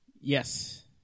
Yes